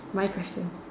my question